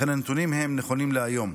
לכן הנתונים נכונים להיום.